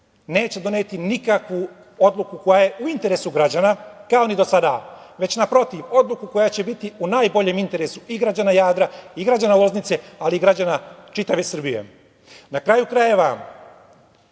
neće doneti nikakvu odluku koja je u interesu građana, kao i do sada, već naprotiv, odluku koja će biti u najboljem interesu i građana Jadra i građana Loznice, ali i građana čitave Srbije. Na kraju krajeva,